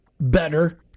better